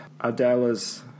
Adela's